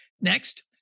Next